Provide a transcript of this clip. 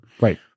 Right